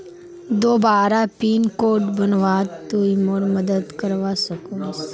दोबारा pin code बनवात तुई मोर मदद करवा सकोहिस?